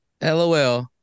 LOL